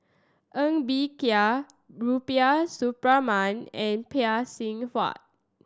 Ng Bee Kia Rubiah Suparman and Phay Seng Whatt